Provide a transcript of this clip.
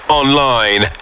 online